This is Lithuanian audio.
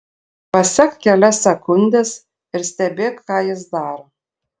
pasek kelias sekundes ir stebėk ką jis daro